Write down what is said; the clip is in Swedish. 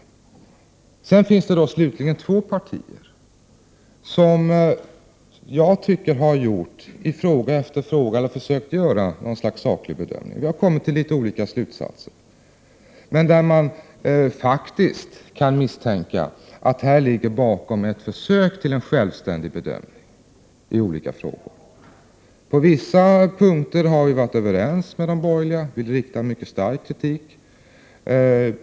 Slutligen finns det två partier som jag tycker i fråga efter fråga har försökt att göra något slags saklig bedömning. Vi har kommit till litet olika slutsatser. Men bakom dessa kan man faktiskt misstänka att det ligger försök till en självständig bedömning. På vissa punkter har vi varit överens med de borgerliga, vi riktar mycket stark kritik.